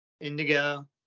indigo